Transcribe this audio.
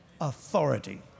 Authority